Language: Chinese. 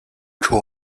删除